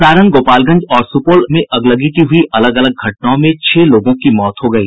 सारण गोपालगंज और सुपौल जिले में अगलगी की हुयी अलग अलग घटनाओं में छह लोगों की मौत हो गयी